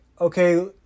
okay